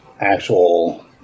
actual